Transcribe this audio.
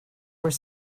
were